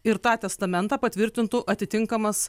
ir tą testamentą patvirtintų atitinkamas